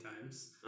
times